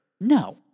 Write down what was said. No